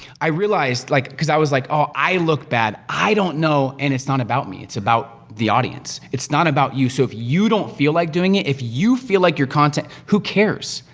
i realized, like cause i was like, oh, i look bad, i don't know, and it's not about me. it's about the audience, it's not about you. so, if you don't feel like doing it, if you feel like your content, who cares?